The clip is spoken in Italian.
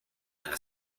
alla